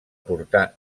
portar